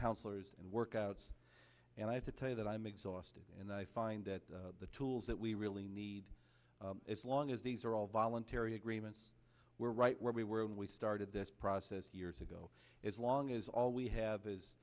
counselors and workouts and i have to tell you that i'm exhausted and i find that the tools that we really need as long as these are all voluntary agreements we're right where we were when we started this process years ago as long as all we have is